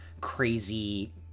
crazy